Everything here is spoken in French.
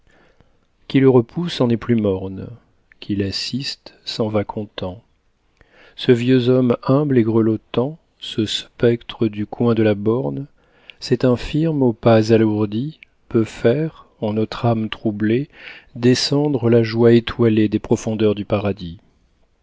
qui le repousse en est plus morne qui l'assiste s'en va content ce vieux homme humble et grelottant ce spectre du coin de la borne cet infirme aux pas alourdis peut faire en notre âme troublée descendre la joie étoilée des profondeurs du paradis